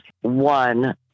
One